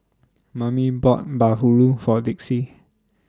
Mammie bought Bahulu For Dixie